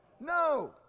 No